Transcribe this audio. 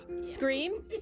Scream